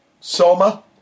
Soma